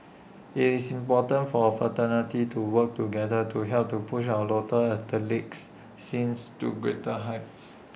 IT is important for A fraternity to work together to help to push our local athletics scene to greater heights